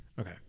Okay